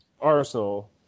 Arsenal